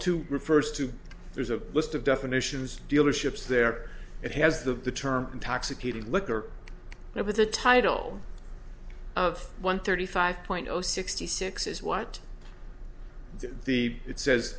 to refers to there's a list of definitions dealerships there it has the term intoxicating liquor now but the title of one thirty five point zero sixty six is what the it says